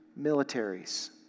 militaries